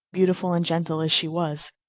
beautiful and gentle as she was.